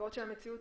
בעוד שהמציאות